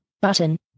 button